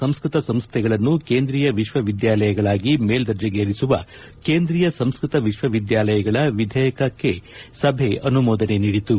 ಸಂಸ್ಕೃತ ಸಂಸ್ಥೆಗಳನ್ನು ಕೇಂದ್ರೀಯ ವಿಶ್ವ ವಿದ್ಯಾಲಯಗಳಾಗಿ ಮೇಲ್ಲರ್ಜೆಗೇರಿಸುವ ಕೇಂದ್ರೀಯ ಸಂಸ್ಕೃತ ವಿಶ್ವವಿದ್ಯಾಲಯಗಳ ವಿಧೇಯಕಕ್ಕೆ ಸಭೆ ಅನುಮೋದನೆ ನೀಡಿತು